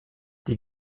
die